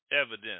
evidence